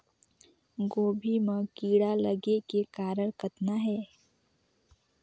गोभी म कीड़ा लगे के कारण कतना हे?